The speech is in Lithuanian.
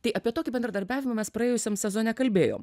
tai apie tokį bendradarbiavimą mes praėjusiam sezone kalbėjom